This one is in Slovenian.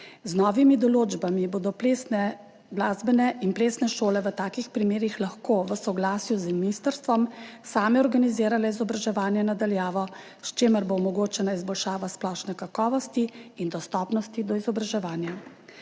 Z novimi določbami bodo glasbene in plesne šole v takih primerih lahko v soglasju z ministrstvom same organizirale izobraževanje na daljavo, s čimer bo omogočena izboljšava splošne kakovosti in dostopnosti do izobraževanja.